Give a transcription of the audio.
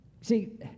See